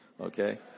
Okay